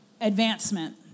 advancement